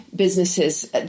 businesses